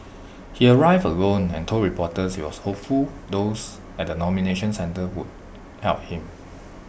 he arrived alone and told reporters he was hopeful those at the nomination centre would help him